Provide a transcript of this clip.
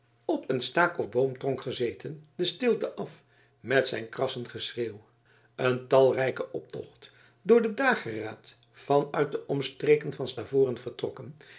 op een staak of boomtronk gezeten de stilte af met zijn krassend geschreeuw een talrijke optocht voor den dageraad van uit de omstreken van stavoren vertrokken